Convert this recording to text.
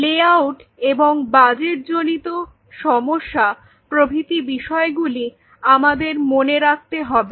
লে আউট এবং বাজেট জনিত সমস্যা প্রভৃতি বিষয় গুলি তোমাদের মনে রাখতে হবে